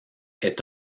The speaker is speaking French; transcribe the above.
est